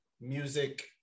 music